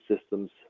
systems